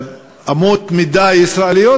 אמות מידה ישראליות,